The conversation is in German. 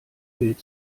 wild